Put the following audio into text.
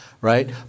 right